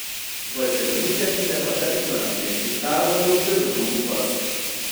vazelinu tepti nepatartina nes jis dar labiau džiovina lūpas